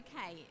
Okay